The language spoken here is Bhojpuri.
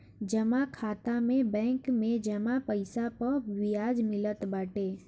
जमा खाता में बैंक में जमा पईसा पअ बियाज मिलत बाटे